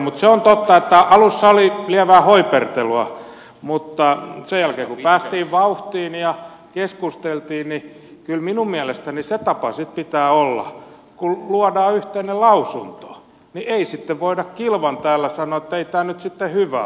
mutta se on totta että alussa oli lievää hoipertelua mutta sen jälkeen kun päästiin vauhtiin ja keskusteltiin niin kyllä minun mielestäni se tapa sitten pitää olla kun luodaan yhteinen lausunto että ei sitten voida kilvan täällä sanoa että ei tämä nyt sitten hyvä ole